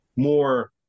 more